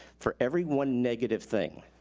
for every one negative thing,